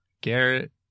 Garrett